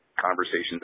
conversations